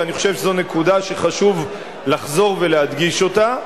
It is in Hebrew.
ואני חושב שזו נקודה שחשוב לחזור ולהדגיש אותה,